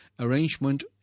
arrangement